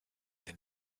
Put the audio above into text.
del